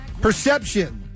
Perception